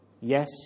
Yes